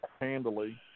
handily